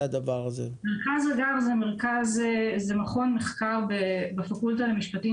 מרכז הגר זה מכון מחקר בפקולטה למשפטים